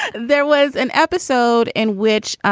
there was an episode in which